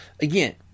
again